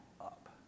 up